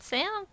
Sam